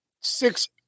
Six